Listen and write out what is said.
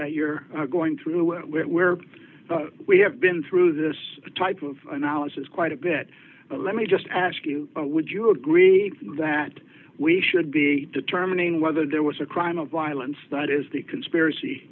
that you're going through it where we have been through this type of analysis quite a bit but let me just ask you would you agree that we should be determining whether there was a crime of violence that is the conspiracy